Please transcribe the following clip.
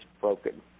broken